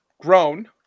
grown